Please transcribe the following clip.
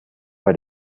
bei